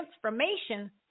transformation